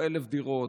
או 1,000 דירות,